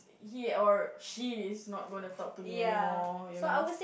he or she is not gonna talk to me anymore you know